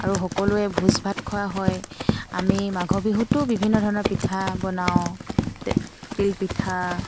আৰু সকলোৱে ভোজ ভাত খোৱা হয় আমি মাঘ বিহুতো বিভিন্ন পিঠা বনাওঁ তিলপিঠা